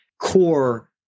core